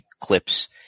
clips